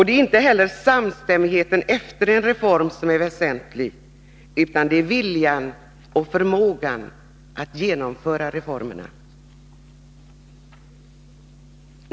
Det är inte samstämmigheten efter en reform som är det väsentliga, utan det är viljan och förmågan att genomföra reformer.